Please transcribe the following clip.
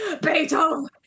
Beethoven